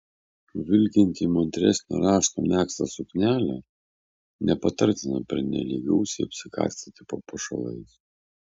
vilkint įmantresnio rašto megztą suknelę nepatartina pernelyg gausiai apsikarstyti papuošalais